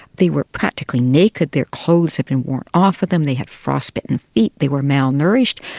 they were practically naked, their clothes had been worn off of them, they had frostbitten feet, they were malnourished,